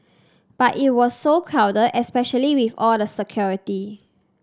but it was so crowded especially with all the security